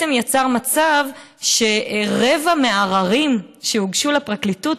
בעצם יצרו מצב שרבע מהעררים שהוגשו לפרקליטות